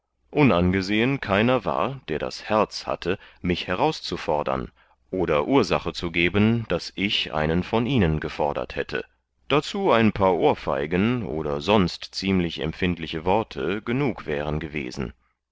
unangesehen keiner war der das herz hatte mich herauszufodern oder ursache zu geben daß ich einen von ihnen gefodert hätte darzu ein paar ohrfeigen oder sonst ziemlich empfindliche worte genug wären gewesen